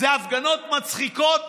אלה הפגנות מצחיקות,